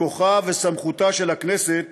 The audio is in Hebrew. בכוחה ובסמכותה של הכנסת